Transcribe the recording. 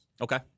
Okay